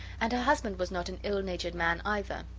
and her husband was not an ill-natured man either,